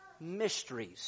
mysteries